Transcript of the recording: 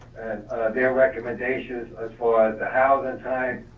their recommendations as far as the housing types,